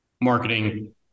marketing